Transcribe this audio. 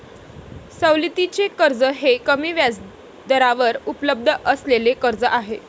सवलतीचे कर्ज हे कमी व्याजदरावर उपलब्ध असलेले कर्ज आहे